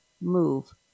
move